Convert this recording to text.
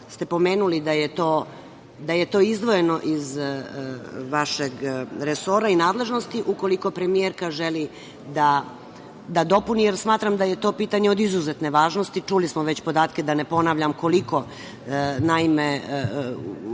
ste pomenuli da je to izdvojeno iz vašeg resora i nadležnosti, ukoliko premijerka želi da dopuni, jer smatram da je to pitanje od izuzetne važnosti, čuli smo već podatke da ne ponavljam koliko, naime,